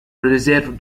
réserve